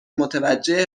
متوجه